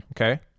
Okay